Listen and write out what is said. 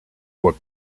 were